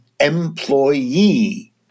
employee